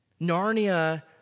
Narnia